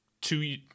two